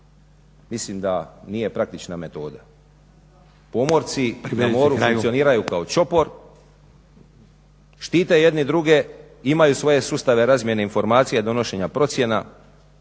mislim da nije praktična metoda. Pomorci na moru funkcioniraju kao čopor, štite jedni druge i imaju svoje sustave razmjene informacija, donošenja procjena